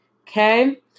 Okay